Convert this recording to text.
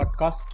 podcast